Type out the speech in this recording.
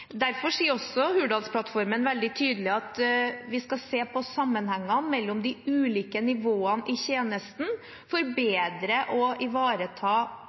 Derfor sier også Hurdalsplattformen veldig tydelig at vi skal se på sammenhenger mellom de ulike nivåene i tjenesten for bedre å ivareta